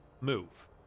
move